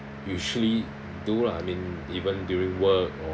usually do lah I mean even during work